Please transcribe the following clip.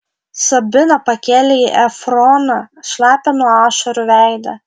sabina pakėlė į efroną šlapią nuo ašarų veidą